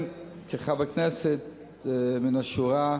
כחבר כנסת מן השורה,